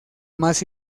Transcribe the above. más